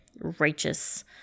righteous